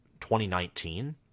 2019